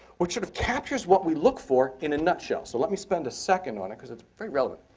which sort of captures what we look for in a nutshell. so let me spend a second on it because it's very relevant.